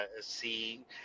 see